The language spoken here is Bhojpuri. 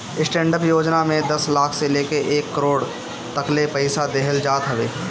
स्टैंडडप योजना में दस लाख से लेके एक करोड़ तकले पईसा देहल जात हवे